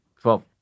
Twelve